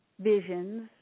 visions